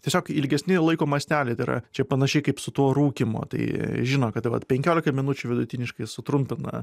tiesiog ilgesni laiko masteliai tai yra čia panašiai kaip su tuo rūkymu tai žino kad vat penkiolika minučių vidutiniškai sutrumpina